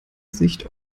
sich